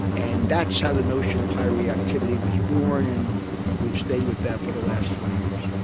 and that's how the notion of high reactivity was born and we've stayed with that for the last twenty years.